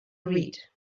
read